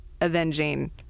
avenging